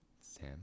Sam